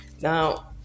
Now